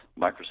Microsoft